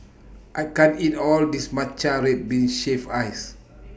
I can't eat All of This Matcha Red Bean Shaved Ice